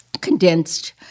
condensed